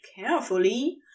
carefully